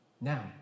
now